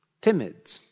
timid